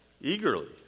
eagerly